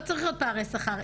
לא צריכים להיות פערי שכר.